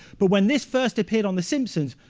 but when this first appeared on the simpsons,